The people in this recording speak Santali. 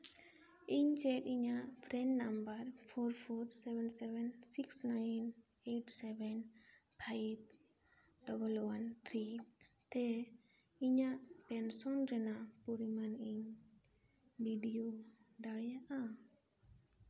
ᱤᱧ ᱪᱮᱫ ᱤᱧᱟᱹᱜ PRAN number four four seven seven six nine eight seven five double one ᱛᱷᱤᱨᱤᱛᱮ ᱤᱧᱟᱹᱜ ᱯᱮᱱᱥᱚᱱ ᱨᱮᱱᱟᱜ ᱯᱚᱨᱤᱢᱟᱱ ᱤᱧ ᱵᱤᱰᱟᱹᱳ ᱫᱟᱲᱮᱭᱟᱜᱼᱟ